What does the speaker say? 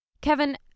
Kevin